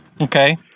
Okay